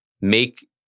make